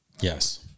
Yes